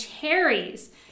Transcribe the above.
cherries